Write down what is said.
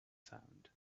sound